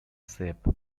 shape